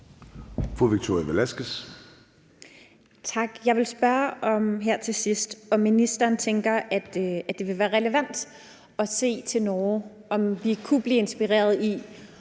Victoria Velasquez (EL): Tak. Jeg vil her til sidst spørge, om ministeren tænker, at det vil være relevant at se til Norge, og om vi ikke kunne blive inspireret til